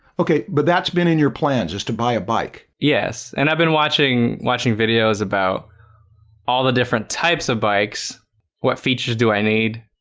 okay, but that's been in your plans just to buy a bike. yes, and i've been watching watching videos about all the different types of bikes what features do i need?